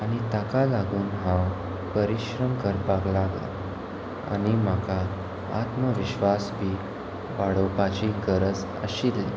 आनी ताका लागून हांव परिश्रम करपाक लागलो आनी म्हाका आत्मविश्वास बी वाडोवपाची गरज आशिल्ली